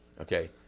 okay